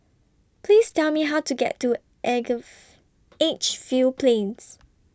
Please Tell Me How to get to Edgefield Plains